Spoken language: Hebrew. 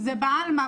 זה בעלמה,